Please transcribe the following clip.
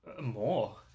more